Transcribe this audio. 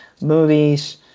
movies